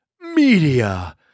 Media